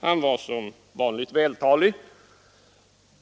Han var som vanligt vältalig.